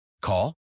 Call